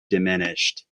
diminished